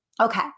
Okay